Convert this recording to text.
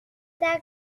دقیقا